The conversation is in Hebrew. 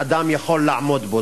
שאדם יכול לעמוד בו.